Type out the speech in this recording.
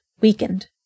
weakened